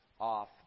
off